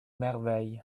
merveilles